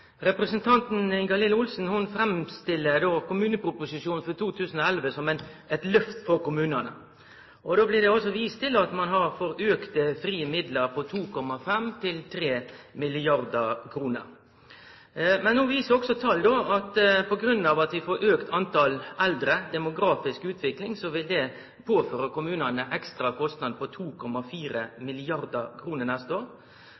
Representanten Ingalill Olsen framstiller kommuneproposisjonen for 2011 som eit «løft» for kommunane. Det blir også vist til at ein får auka frie midlar på 2,5–3 mrd. kr. Men no viser den demografiske utviklinga at vi får fleire eldre, og at det vil påføre kommunane ekstra kostnader på 2,4 mrd. kr neste år.